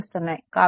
కాబట్టి i2 i3 8